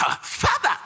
father